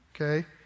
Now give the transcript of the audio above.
okay